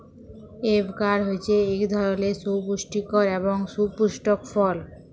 avocado হছে ইক ধরলের সুপুষ্টিকর এবং সুপুস্পক ফল